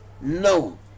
No